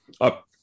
up